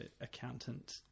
accountant